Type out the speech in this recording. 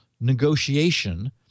negotiation